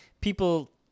people